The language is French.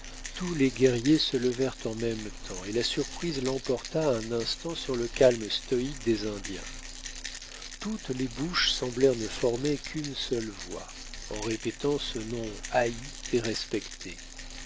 tous les guerriers se levèrent en même temps et la surprise l'emporta un instant sur le calme stoïque des indiens toutes les bouches semblèrent ne former qu'une seule voix en répétant ce nom haï et respecté